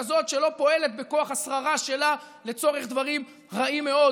כזאת שלא פועלת בכוח השררה שלה לצורך דברים רעים מאוד,